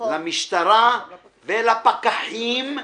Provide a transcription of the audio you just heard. למשטרה ולפקחים.